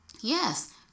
Yes